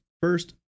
first